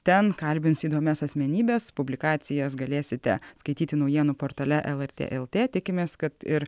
ten kalbins įdomias asmenybes publikacijas galėsite skaityti naujienų portale lrt lt tikimės kad ir